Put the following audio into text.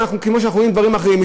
כמו שאנחנו רואים בדברים אחרים,